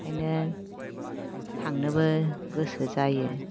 ओंखायनो थांनोबो गोसो जायो